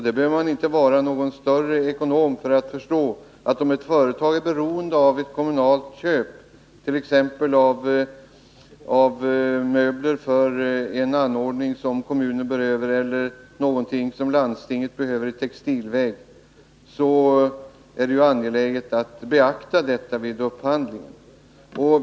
Man behöver inte vara någon större ekonom för att förstå att om ett företag är beroende av ett kommunalt köp, t.ex. av möbler till en kommunal anläggning eller av någonting i textilväg till landstinget, är det angeläget att beakta det vid upphandlingen.